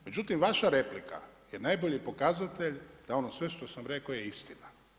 Međutim, vaša replika je najbolji pokazatelj da ono sve što sam rekao je istina.